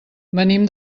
venim